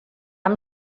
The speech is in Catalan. amb